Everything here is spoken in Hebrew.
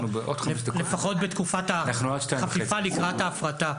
לפחות בתקופת החפיפה לקראת ההפרטה.